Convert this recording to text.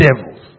devils